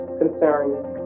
concerns